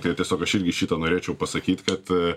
tai tiesiog aš irgi šitą norėčiau pasakyt kad